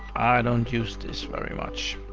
i don't use this very much,